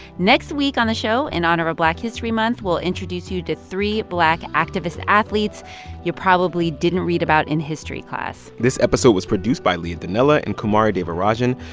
next week on the show, in honor of black history month, we'll introduce you to three black activist athletes you probably didn't read about in history class this episode was produced by leah donnella and kumari devarajan.